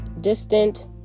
distant